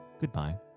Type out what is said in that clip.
goodbye